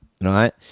right